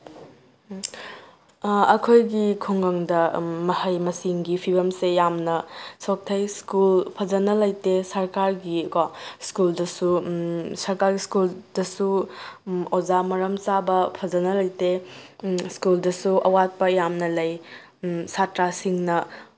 ꯑꯩꯈꯣꯏꯒꯤ ꯈꯨꯡꯒꯪꯗ ꯃꯍꯩ ꯃꯁꯤꯡꯒꯤ ꯐꯤꯕꯝꯁꯦ ꯌꯥꯝꯅ ꯁꯣꯠꯊꯩ ꯁ꯭ꯀꯨꯜ ꯐꯖꯅ ꯂꯩꯇꯦ ꯁꯔꯀꯥꯔꯒꯤꯀꯣ ꯁ꯭ꯀꯨꯜꯗꯨꯁꯨ ꯁꯔꯀꯥꯔꯒꯤ ꯁ꯭ꯀꯨꯜꯗꯁꯨ ꯑꯣꯖꯥ ꯃꯔꯝ ꯆꯥꯕ ꯐꯖꯅ ꯂꯩꯇꯦ ꯁ꯭ꯀꯨꯜꯗꯨꯁꯨ ꯑꯋꯥꯠꯄ ꯌꯥꯝꯅ ꯂꯩ ꯁꯥꯇ꯭ꯔꯁꯤꯡꯅ